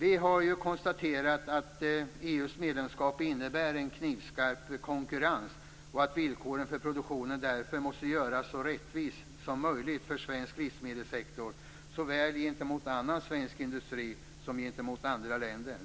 Vi har ju konstaterat att EU-medlemskapet innebär en knivskarp konkurrens och att villkoren för produktionen därför måste göras så rättvisa som möjligt för svensk livsmedelssektor såväl gentemot annan svensk industri som gentemot andra länder.